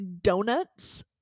Donuts